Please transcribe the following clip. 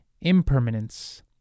impermanence